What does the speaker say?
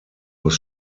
was